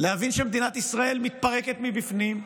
להבין שמדינת ישראל מתפרקת מבפנים,